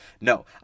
No